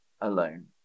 alone